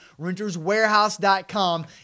RentersWarehouse.com